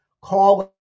call